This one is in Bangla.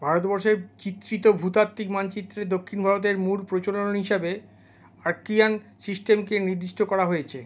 ভারতবর্ষের চিত্রিত ভূতাত্ত্বিক মানচিত্রে দক্ষিণ ভারতের মূল প্রচলন হিসাবে আর্কিয়ান সিস্টেমকে নির্দিষ্ট করা হয়েছে